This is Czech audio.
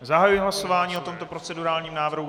Zahajuji hlasování o tomto procedurálním návrhu.